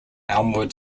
elmwood